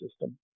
system